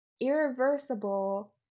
irreversible